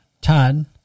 Todd